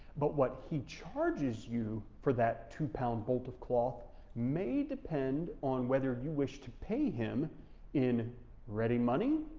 but what he charges you for that two pound bolt of cloth may depend on whether you wish to pay him in ready money,